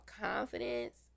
confidence